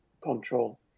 control